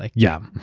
like yeah.